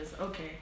Okay